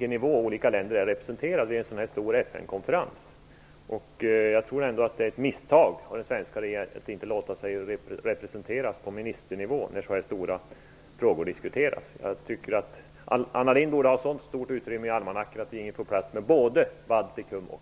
nivån och vilka länder som är representerade på en sådan här stor FN konferens har ett stort värde. Jag tror ändå att det är ett misstag av den svenska regeringen att inte låta sig representeras på ministernivå när så stora frågor diskuteras. Anna Lindh borde ha så stort utrymme i sin almanacka att det gick att få plats med både Baltikum och